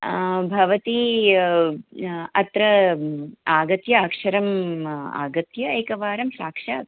भवती अत्र आगत्य अक्षरम् आगत्य एकवारं साक्षात्